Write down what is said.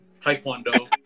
Taekwondo